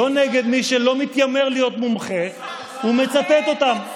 לא נגד מי שלא מתיימר להיות מומחה ומצטט אותם.